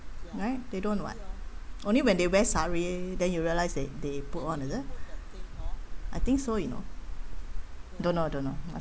right they don't [what] only when they wear sari then you realise they they put on is it I think so you know don't know don't know